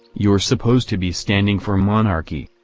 you're supposed to be standing for monarchy.